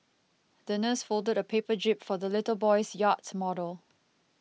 the nurse folded a paper jib for the little boy's yachts model